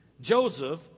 Joseph